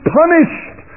punished